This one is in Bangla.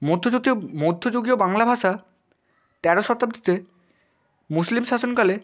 মধ্যযুগীয় বাংলা ভাষা তেরো শতাব্দীতে মুসলিম শাসনকালে